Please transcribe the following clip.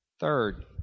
Third